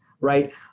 right